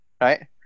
Right